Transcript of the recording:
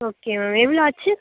okay ma'am எவ்வளோ ஆச்சு